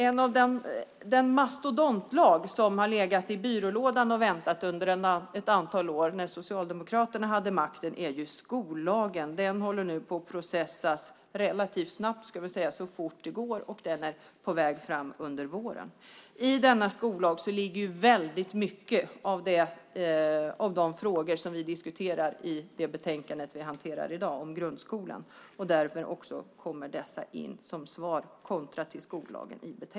En mastodontlag som har legat i byrålådan och väntat ett antal år när Socialdemokraterna hade makten är skollagen. Den processas nu så fort det går. Den är på väg under våren. I skollagen finns många av de frågor som vi diskuterar i betänkandet i dag om grundskolan. Därmed kommer de in i betänkandet som svar kopplat till skollagen.